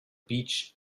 beach